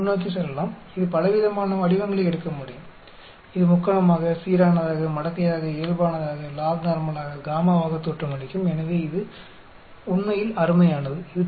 நாம் முன்னோக்கி செல்லலாம் இது பலவிதமான வடிவங்களை எடுக்க முடியும் இது முக்கோணமாக சீரானதாக மடக்கையாக இயல்பானதாக லாக் நார்மலாக காமாவாக தோற்றமளிக்கும் எனவே இது உண்மையில் அருமையானது